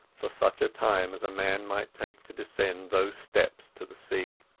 for such a time as a man might take to descend those steps to the sea.